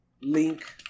Link